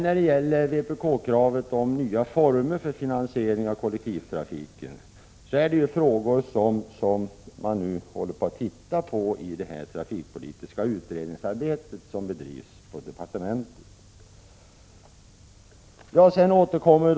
När det gäller vpk-kravet om nya former för finansiering av kollektivtrafiken vill jag erinra om att dessa frågor nu behandlas i det trafikpolitiska utredningsarbete som bedrivs i kommunikationsdepartementet.